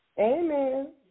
Amen